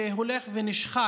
שהולך ונשחק,